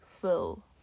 fill